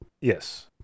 Yes